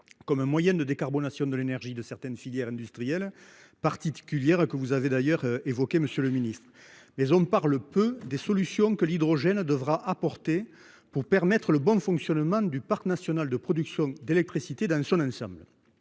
comme un moyen de décarbonation de l'énergie de filières industrielles particulières, que vous avez d'ailleurs évoquées, monsieur le ministre. Pour autant, on parle peu des solutions que l'hydrogène devra apporter pour permettre le bon fonctionnement de l'ensemble du parc national de production d'électricité. Plus précisément,